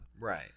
right